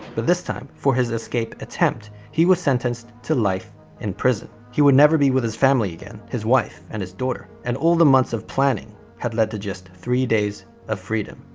but this time for his escape attempt he was sentenced to life in prison. he would never be with his family again his wife and his daughter. and all the months of planning had led to just three days of freedom,